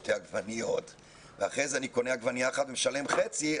שתי עגבניות ואחרי זה אני קונה עגבנייה אחת ומשלם חצי,